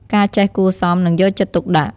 ការចេះគួរសមនិងយកចិត្តទុកដាក់។